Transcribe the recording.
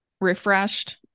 refreshed